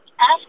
ask